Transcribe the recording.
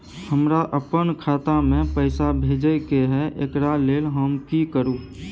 हमरा अपन खाता में पैसा भेजय के है, एकरा लेल हम की करू?